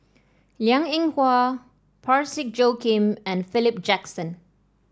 Liang Eng Hwa Parsick Joaquim and Philip Jackson